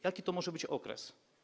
Jaki to może być okres?